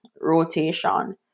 rotation